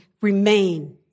remain